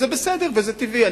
וזה בסדר וזה טבעי.